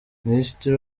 minisitiri